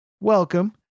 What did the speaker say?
Welcome